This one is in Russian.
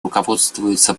руководствуются